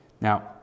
Now